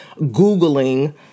Googling